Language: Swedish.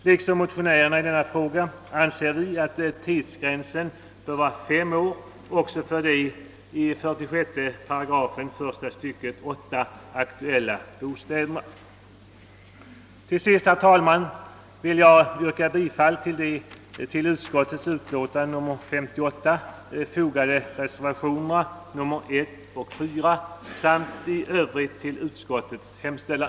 Liksom motionärerna i denna fråga anser vi att tidsgränsen bör vara fem år också för de i 3 kap. 46 § första stycket 8. aktuella bostäderna. Till sist, herr talman, vill jag yrka bifall till de vid utskottets utlåtande nr 58 fogade reservationerna I och IV samt i övrigt till utskottets hemställan.